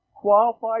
qualified